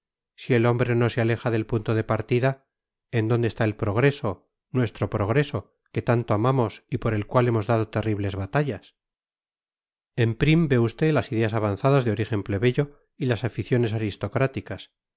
si el hombre no se aleja del punto de partida en dónde está el progreso nuestro progreso que tanto amamos y por el cual hemos dado terribles batallas en prim ve usted las ideas avanzadas de origen plebeyo y las aficiones aristocráticas